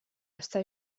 està